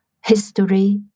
History